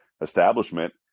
establishment